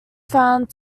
found